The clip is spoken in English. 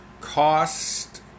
cost